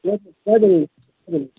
کیٛاہ کیٛاہ دٔلیٖل